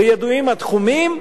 וידועים התחומים.